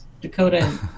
Dakota